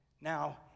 now